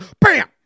bam